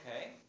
okay